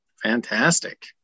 Fantastic